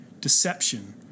deception